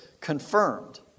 confirmed